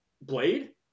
Blade